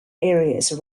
areas